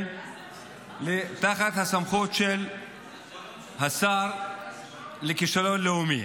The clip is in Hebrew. תחת הסמכות של השר לכישלון לאומי.